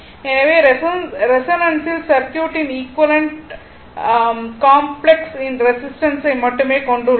எனவே ரெசோனன்ஸில் சர்க்யூட்டின் ரெய்சிஸ்டன்ஸை மட்டுமே கொண்டுள்ளது